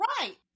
Right